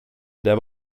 det